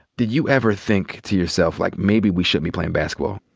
do you ever think to yourself, like, maybe we shouldn't be playing basketball?